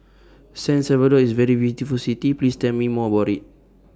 San Salvador IS A very beautiful City Please Tell Me More about IT